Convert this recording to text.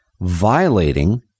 violating